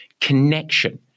connection